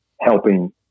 helping